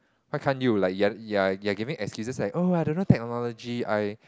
why can't you like you're you're you're giving excuses like oh I don't know technology I